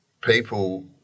people